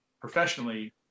professionally